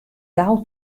gau